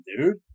dude